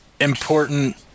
important